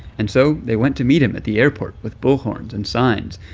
and so they went to meet him at the airport with bullhorns and signs,